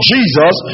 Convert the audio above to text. Jesus